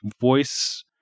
voice